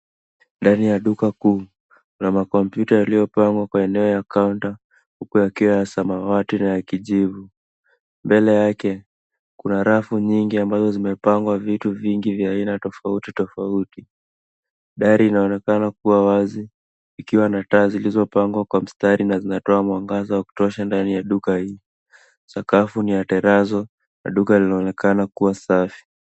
Ndani ya duka kuu kuna makompyuta yaliyopangwa kwa eneo ya kaunta huku yakiwa ya samawati na kijivu. Mbele yake kuna rafu nyingi ambazo vimepangwa vitu vingin vya aina tofauti tofauti. Dari inaonekana kuwa wazi ikiwa na taa zilizopangwa kwa mstari na zinatoa mwangaza wa kutosha ndani ya duka hii. Sakafu ni ya terrazo na duka linaonekana kuwa safi.